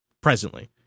presently